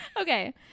okay